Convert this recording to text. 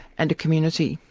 and a community.